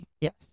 Yes